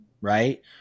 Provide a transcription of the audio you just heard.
right